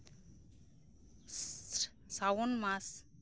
ᱥᱨᱟᱵᱚᱱ ᱢᱟᱥ